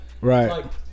right